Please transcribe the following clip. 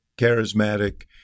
charismatic